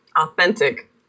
Authentic